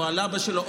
או על אבא שלו,